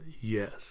yes